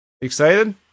Excited